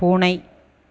பூனை